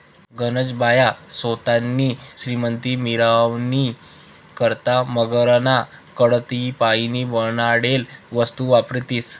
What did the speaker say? गनज बाया सोतानी श्रीमंती मिरावानी करता मगरना कातडीपाईन बनाडेल वस्तू वापरतीस